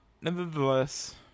nevertheless